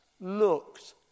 looked